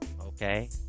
okay